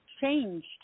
changed